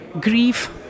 grief